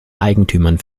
eigentümern